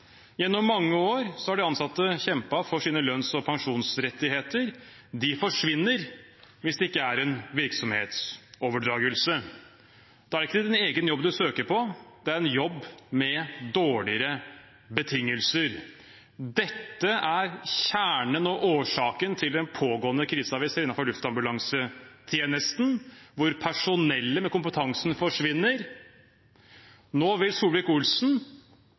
Gjennom mange år har de ansatte kjempet for sine lønns- og pensjonsrettigheter. De forsvinner hvis det ikke er en virksomhetsoverdragelse. Da er det ikke sin egen jobb man søker på, men en jobb med dårligere betingelser. Dette er kjernen i og årsaken til den pågående krisen vi ser innenfor luftambulansetjenesten, hvor personellet med kompetansen forsvinner. Nå vil